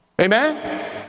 Amen